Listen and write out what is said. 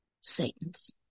Satan's